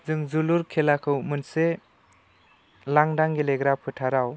जों जोलुर खेलाखौ मोनसे लांदां गेलेग्रा फोथाराव